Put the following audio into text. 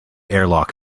airlock